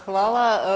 Hvala.